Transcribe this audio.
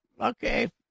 okay